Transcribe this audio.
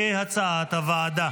כהצעת הוועדה.